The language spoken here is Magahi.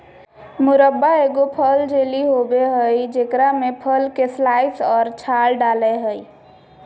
मुरब्बा एगो फल जेली होबय हइ जेकरा में फल के स्लाइस और छाल डालय हइ